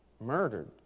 murdered